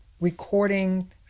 recording